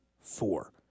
four